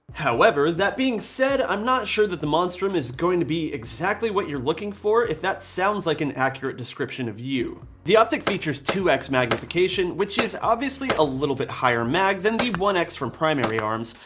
however, that being said, i'm not sure that the monstrum is going to be exactly what you're looking for. if that sounds like an accurate description of you. the optic features two two x magnification, which is obviously a little bit higher mag than the one x from primary arms,